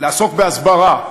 לעסוק בהסברה.